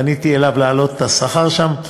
פניתי אליו להעלות את השכר שם,